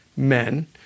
men